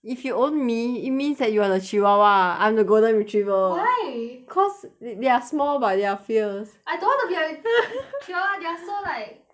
if you own me it means that you are the chihuahua I'm the golden retriever why cause th~ they are small but they are fierce I don't want to be like chihuahua they are so like